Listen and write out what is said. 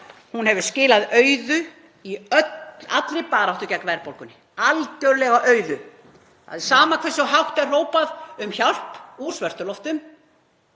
Hún hefur skilað auðu í allri baráttu gegn verðbólgunni, algjörlega auðu. Það er sama hversu hátt er hrópað um hjálp úr Svörtuloftum